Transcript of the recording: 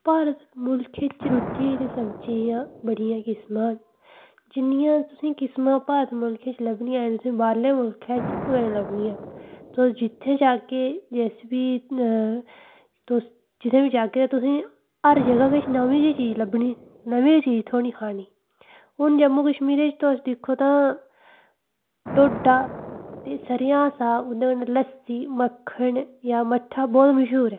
भारत मुल्खै च रुट्टी ते सब्जी दियां बड़ियां किस्मां न जि'न्नियां तुसें ई किस्मां भारत मुल्खै च लब्भनियां तुसें ई बाह्रले मुल्खै च कुदै निं लब्भनियां तुस जि'त्थें जाह्गे जिस बी तुस जि'त्थें बी जाह्गे तुसें ई हर जगह नमीं गै चीज लब्भनी नमीं गै चीज थ्होनी खाने ई हून जम्मू कश्मीरै च तुस दिक्खो तां ढोड्डा ते सरेआं दा साग ओह्दे कन्नै लस्सी मक्खन जां मट्ठा बहोत मशहूर ऐ